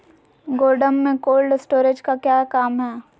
गोडम में cold storage का क्या काम है?